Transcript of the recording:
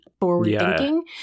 forward-thinking